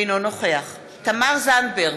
אינו נוכח תמר זנדברג,